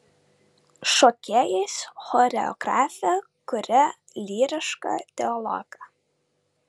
šokėjais choreografė kuria lyrišką dialogą